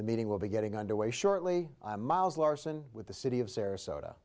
the meeting will be getting underway shortly miles larson with the city of sarasota